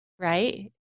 right